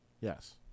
Yes